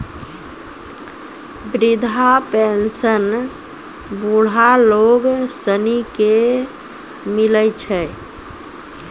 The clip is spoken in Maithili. वृद्धा पेंशन बुढ़ा लोग सनी के मिलै छै